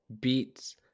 beats